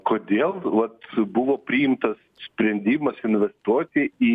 kodėl vat buvo priimtas sprendimas investuoti į